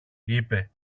είπε